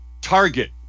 Target